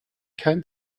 kein